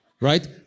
right